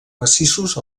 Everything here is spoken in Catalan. massissos